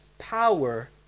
power